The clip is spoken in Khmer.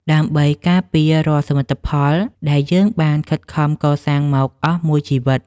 ដើម្បីការពាររាល់សមិទ្ធផលដែលយើងបានខិតខំកសាងមកអស់មួយជីវិត។